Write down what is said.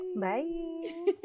Bye